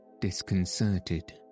disconcerted